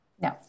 No